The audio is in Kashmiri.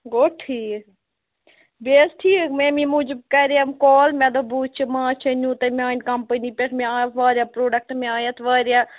گوٚو ٹھیٖک بیٚیہِ حظ ٹھیٖک اَمی موٗجوٗب کَرٕم کال مےٚ دوٚپ بہٕ وُچھِ مانٛچھ ہے نیٛوٗ تۅہہِ میٛانہِ کَمپٔنی پٮ۪ٹھ مےٚ آس واریاہ پرٛوڈَکٹہٕ مےٚ آیہِ اَتھ واریاہ